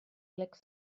plecs